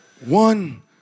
One